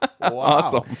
Awesome